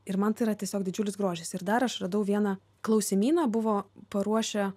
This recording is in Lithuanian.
ir man tai yra tiesiog didžiulis grožis ir dar aš radau vieną klausimyną buvo paruošę